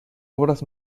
obras